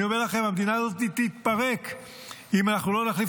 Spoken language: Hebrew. אני אומר לכם: המדינה הזאת תתפרק אם אנחנו לא נחליף